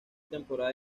temporada